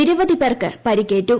നിരവധി പ്പേർക്ക് പരിക്കേറ്റു